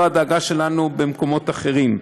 הדאגה שלנו היא לא במקומות אחרים.